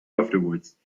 afterwards